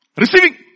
Receiving